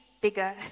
bigger